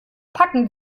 packen